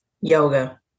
yoga